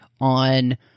on